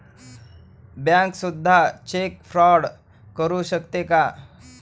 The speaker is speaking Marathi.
बँक सुद्धा चेक फ्रॉड करू शकते का?